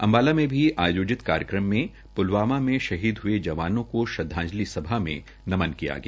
अम्बाला में भी आयोजित कार्यक्रम में पुलवामा में शहीद ह्ये जवानों को श्रद्धांजलि सभा मे नमन किया गया